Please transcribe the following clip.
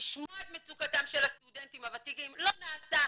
לשמוע את מצוקתם של הסטודנטים הוותיקים, לא נעשה.